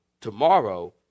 Tomorrow